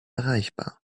erreichbar